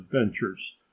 adventures